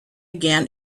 again